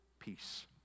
Peace